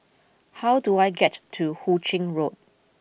how do I get to Hu Ching Road